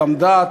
עמדה,